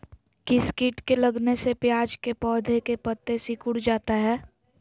किस किट के लगने से प्याज के पौधे के पत्ते सिकुड़ जाता है?